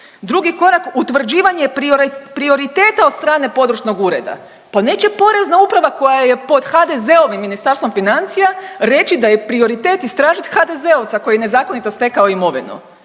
Drugi korak, utvrđivanje prioriteta od strane područnog ureda. Pa neće Porezna uprava koja je pod HDZ-ovim Ministarstvom financija reći da je prioritet istražit HDZ-ovca koji je nezakonito stekao imovinu,